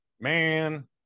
man